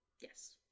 Yes